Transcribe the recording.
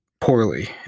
poorly